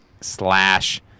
slash